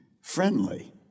friendly